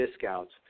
discounts